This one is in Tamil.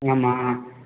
ஆமாம்